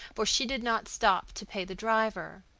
for she did not stop to pay the driver.